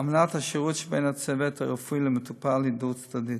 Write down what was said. אמנת השירות שבין הצוות הרפואי למטופל היא דו-צדדית.